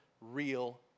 real